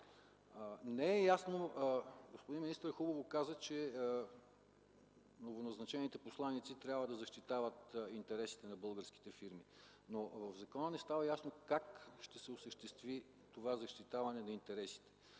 не е ясно, господин министър, хубаво казахте, че новоназначените посланици трябва да защитават интересите на българските фирми, но в закона не става ясно как ще се осъществи това защитаване на интересите.